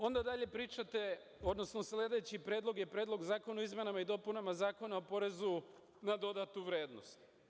Onda dalje pričate, odnosno sledeći Predlog je Predlog zakona o izmenama i dopunama Zakona o porezu na dodatu vrednost.